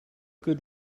good